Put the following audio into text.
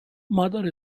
mother